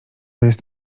jest